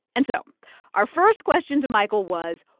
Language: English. and so our first question to michael was,